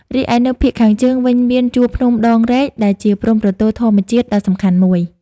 រីឯនៅភាគខាងជើងវិញមាន ជួរភ្នំដងរែក ដែលជាព្រំប្រទល់ធម្មជាតិដ៏សំខាន់មួយ។